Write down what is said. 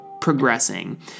progressing